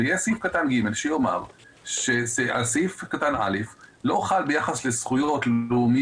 ויהיה סעיף קטן (ג) שיאמר שסעיף קטן (א) לא חל ביחס לזכויות לאומיות,